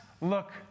look